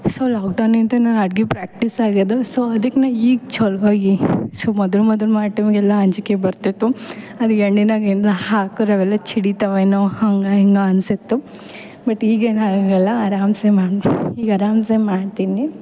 so ಲಾಕ್ಡೌನ್ನಿಂತ ನಾ ಅಡಿಗೆ ಪ್ರಾಕ್ಟಿಸ್ ಆಗ್ಯದ ಸೊ ಅದಕ್ಕೆ ನಾ ಈಗ ಚೊಲ್ವಾಗಿ ಸು ಮೊದಲು ಮೊದಲು ಮಾ ಟೈಮಾಗೆಲ್ಲ ಅಂಜಿಕಿ ಬರ್ತಿತ್ತು ಅದು ಎಣ್ಣಿನಾಗ ಏನ್ರ ಹಾಕ್ರಿ ಅವೆಲ್ಲ ಛಿಡಿತಾವೇನೋ ಹಂಗೆ ಹಿಂಗೆ ಅನ್ಸಿತ್ತು ಬಟ್ ಈಗೇನು ಆಗಂಗಿಲ್ಲ ಆರಾಮ್ಸೆ ಮಾಡ್ಬೋದು ಈಗ ಆರಾಮ್ಸೆ ಮಾಡ್ತೀನಿ